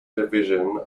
division